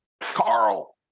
Carl